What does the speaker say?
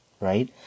right